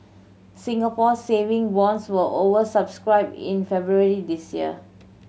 Singapore Saving Bonds were over subscribed in February this year